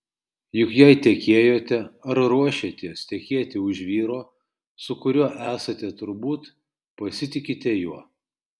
juk jei tekėjote ar ruošiatės tekėti už vyro su kuriuo esate turbūt pasitikite juo